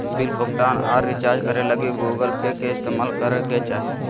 bill भुगतान आर recharge करे ले गूगल पे के इस्तेमाल करय के चाही